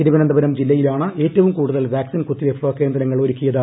തിരുവനന്തപുരം ജില്ലയിലാണ് ഏറ്റവും കൂടുതൽ വാക്സിൻ കുത്തിവയ്പ്പ് കേന്ദ്രങ്ങളൊരുക്കിയത്